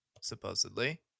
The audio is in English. supposedly